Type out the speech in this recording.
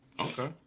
Okay